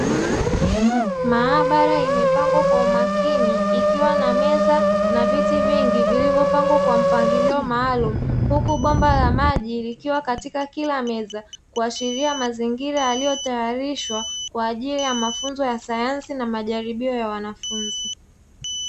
Mahabara imepangwa kwa umakini, ikiwa na meza na viti vingi vilivyopangwa kwa mpangilio maalumu huku bomba la maji likiwa katika kila meza, kuashiria mazingira yaliyotaarishwa kwa ajili ya mafunzo ya sayansi na majaribio ya wanafunzi.